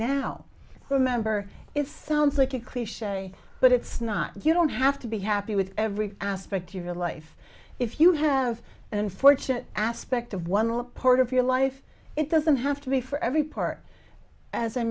remember it sounds like a clich but it's not if you don't have to be happy with every aspect of your life if you have an unfortunate aspect of one little part of your life it doesn't have to be for every part as i